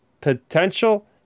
potential